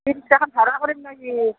ৰিক্সাখন ভাড়া কৰিম নে কি